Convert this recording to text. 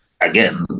again